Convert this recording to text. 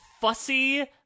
fussy